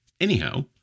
Anyhow